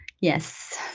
yes